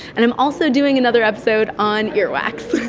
and i'm also doing another episode on earwax.